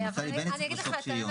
גם נפתלי בנט צריך בסוף שריון.